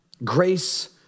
Grace